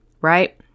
right